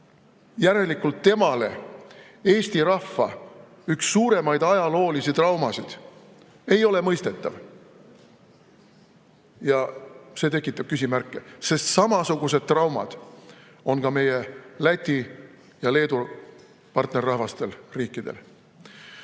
Järelikult temale eesti rahva üks suuremaid ajaloolisi traumasid ei ole mõistetav. Ja see tekitab küsimärke, sest samasugused traumad on ka meie Läti ja Leedu partnerrahvastel, ‑riikidel.